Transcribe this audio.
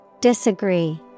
Disagree